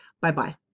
Bye-bye